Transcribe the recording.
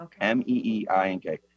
M-E-E-I-N-K